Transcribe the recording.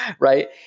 right